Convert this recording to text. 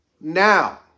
Now